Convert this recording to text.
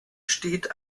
steht